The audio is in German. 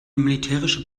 militärische